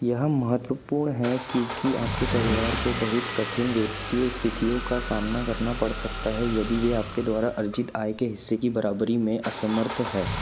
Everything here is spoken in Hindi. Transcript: यह महत्वपूर्ण है क्योंकि आपके परिवार को बहुत कठिन वित्तीय स्थितियों का सामना करना पड़ सकता है यदि वह आपके द्वारा अर्जित आय के हिस्से की बराबरी में असमर्थ हैं